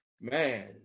man